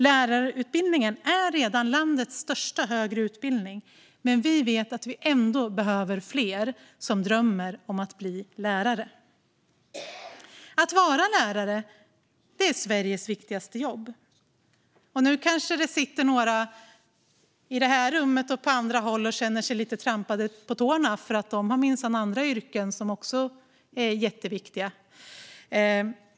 Lärarutbildningen är redan landets största högre utbildning, men vi vet att vi ändå behöver fler som drömmer om att bli lärare. Att vara lärare är att ha Sveriges viktigaste jobb. Nu kanske det sitter några i det här rummet och på andra håll och känner sig lite trampade på tårna, för de har minsann andra yrken som också är jätteviktiga.